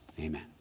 Amen